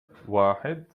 واحد